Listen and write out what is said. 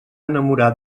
enamorar